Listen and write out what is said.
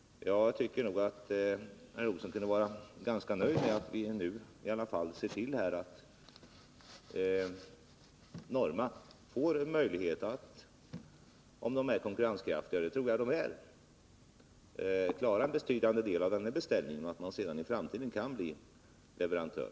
Jag tycker att herr Olsson borde vara ganska nöjd med att vi nu i alla fall ser till, att Norma får möjlighet att — om företaget är konkurrenskraftigt, och det tror jag att det är — klara en betydande del av den här beställningen och sedan i framtiden bli leverantör.